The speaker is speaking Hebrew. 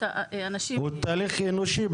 בסוף זה תהליך אנושי.